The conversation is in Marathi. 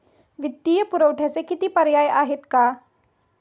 वित्तीय पुरवठ्याचे किती पर्याय आहेत का?